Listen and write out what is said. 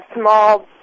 small